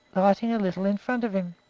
lighting a little in front of him.